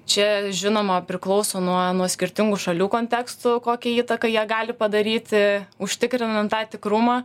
čia žinoma priklauso nuo nuo skirtingų šalių konteksto kokią įtaką jie gali padaryti užtikrinant tą tikrumą